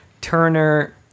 Turner